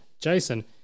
Jason